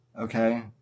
Okay